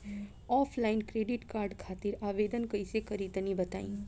Offline credit card खातिर आवेदन कइसे करि तनि बताई?